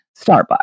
Starbucks